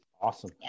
Awesome